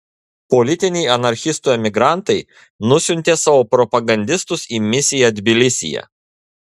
politiniai anarchistų emigrantai nusiuntė savo propagandistus į misiją tbilisyje